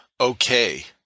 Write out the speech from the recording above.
okay